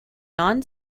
non